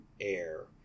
air